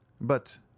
But